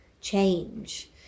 change